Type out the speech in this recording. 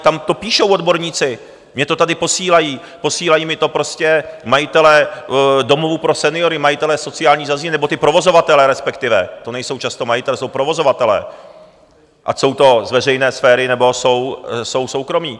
Tam to píšou odborníci, mně to tady posílají, posílají mi to prostě majitelé domovů pro seniory, majitelé sociálních zařízení, nebo ti provozovatelé respektive, to nejsou často majitelé, jsou provozovatelé, ať jsou to z veřejné sféry, nebo jsou soukromí.